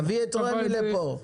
תביא את רמ"י לפה.